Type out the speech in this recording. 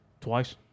twice